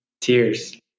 tears